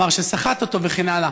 אמר שסחט אותו וכן הלאה.